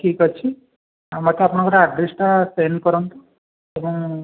ଠିକ୍ ଅଛି ଆଉ ମୋତେ ଆପଣଙ୍କର ଆଡ଼୍ରେସଟା ସେଣ୍ଡ୍ କରନ୍ତୁ ଏବଂ